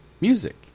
music